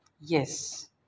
Yes